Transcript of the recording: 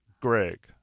Greg